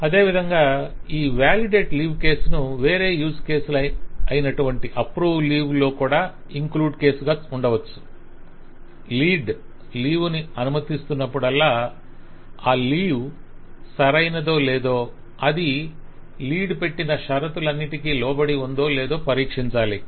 అదే విధంగా ఈ వేలిడేట్ లీవ్ కేసును వేరే యూస్ కేసులు అయినటువంటి అప్రూవ్ లీవ్ లో కూడా ఇంక్లూడ్ కేసుగా ఉండవచ్చు - లీడ్ లీవ్ ను అనుమతిస్తునప్పుడల్లా ఆ లీవ్ సరైనాదోలేదో అది లీడ్ పెట్టిన షరతులన్నింటికి లోబడి ఉందోలేదో పరీక్షించాలి